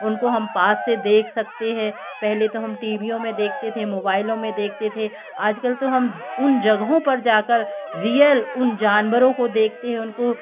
उनको हम पास से देख सकते हैं पहले तो हम टीवीयों में देखते थे मोबाइलों में देखते थे आज कल तो हम उन जगहों पर जा कर रीयल उन जानवरों को देखते हैं उनको